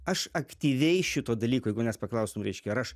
aš aktyviai šito dalyko jeigu manęs paklaustum reiškia ar aš